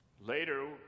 Later